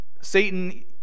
Satan